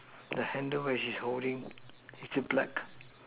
the handle which she is holding still black